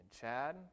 Chad